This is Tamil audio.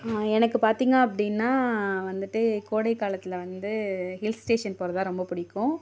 எனக்கு பார்த்திங்க அப்படின்னா வந்துட்டு கோடை காலத்தில் வந்து ஹில்ஸ் ஸ்டேஷன் போகிறது தான் ரொம்ப பிடிக்கும்